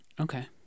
Okay